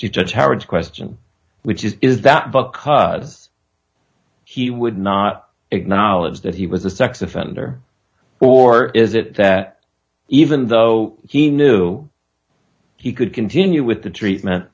judge howard's question which is is that because he would not acknowledge that he was a sex offender or is it that even though he knew he could continue with the treatment